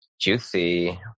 Juicy